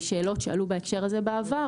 שאלות שעלו בהקשר הזה בעבר,